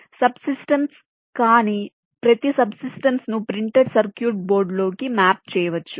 sub systems కానీ ప్రతి subsystems ను ప్రింటెడ్ సర్క్యూట్ బోర్డ్లోకి మ్యాప్ చేయవచ్చు